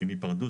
הם ייפרדו,